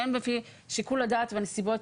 והם מחליטים לפי שיקול הדעת והנסיבות